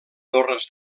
torres